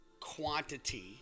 quantity